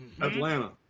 Atlanta